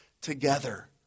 together